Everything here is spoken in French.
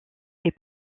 est